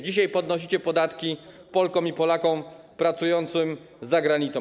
Dzisiaj podnosicie podatki Polkom i Polakom pracującym za granicą.